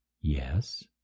Yes